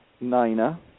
Nina